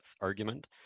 argument